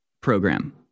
program